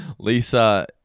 Lisa